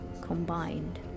combined